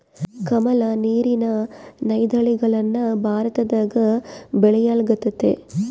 ಕಮಲ, ನೀರಿನ ನೈದಿಲೆಗಳನ್ನ ಭಾರತದಗ ಬೆಳೆಯಲ್ಗತತೆ